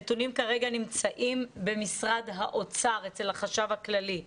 הנתונים כרגע נמצאים במשרד האוצר אצל החשב הכללי.